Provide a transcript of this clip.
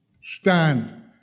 Stand